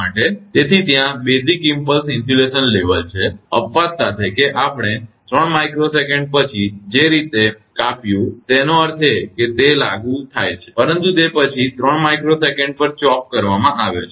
તેથી ત્યાં basic impulse insulation level છે અપવાદ સાથે કે આપણે 3𝜇𝑠 પછી જે રીતે કાપ્યુંચોપડ્ તેનો અર્થ એ કે તે લાગુ થાય છે પરંતુ તે પછી તે 3 𝜇𝑠 પર chopped અદલાબદલી કરવામાં આવે છે